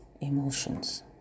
emotions